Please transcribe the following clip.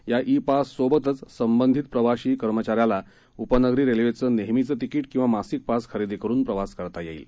या e pass सोबतच संबंधित प्रवाशी कर्मचाऱ्याला उपनगरी रेल्वेचं नेहमीचं तिकीट किंवा मासिक पास खरेदी करून प्रवास करता येईल